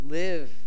live